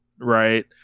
Right